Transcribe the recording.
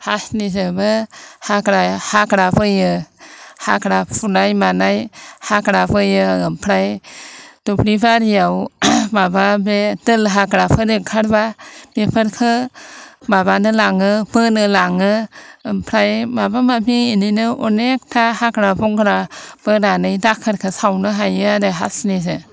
हासिनिजोंबो हाग्रा बोयो हाग्रा फुनाय मानाय हाग्रा बोयो ओमफ्राय दुब्लि बारियाव माबा बे दोल हाग्राफोर ओंखारबा बेफोरखौ माबानो लाङो बोनो लाङो ओमफ्राय माबा माबि बिदिनो अनेकथा हाग्रा बंग्रा बोनानै दाखोरखो सावनो हायो आरो हासिनिजों